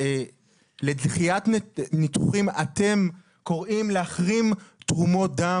לדחיית ניתוחים אתם קוראים להחרים תרומות דם?